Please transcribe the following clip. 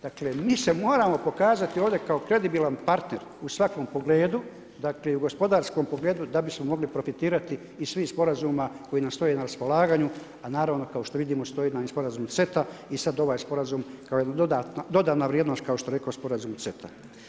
Dakle, mi se moramo pokazati ovdje kao kredibilan partner u svakom pogledu, dakle i u gospodarskom pogledu, da bismo mogli profitirati iz svih sporazuma koje nam stoje na raspolaganju, a naravno kao što vidimo, stoji nam sporazum CETA i sad ovaj sporazum kao dodana vrijednost, kao što rekao sporazum CETA.